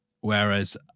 whereas